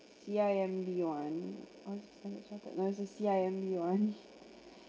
C_I_M_B [one] or is it Standard Charted no it's a C_I_M_B [one]